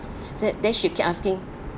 then she keep asking